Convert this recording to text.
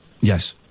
Yes